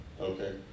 okay